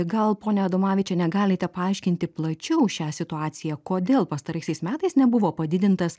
gal ponia adomavičiene galite paaiškinti plačiau šią situaciją kodėl pastaraisiais metais nebuvo padidintas